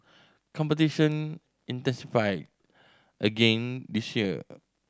competition intensified again this year